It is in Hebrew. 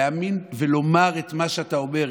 להאמין ולומר את מה שאתה אומר.